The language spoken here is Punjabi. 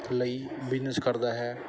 ਲਈ ਬਿਜਨਸ ਕਰਦਾ ਹੈ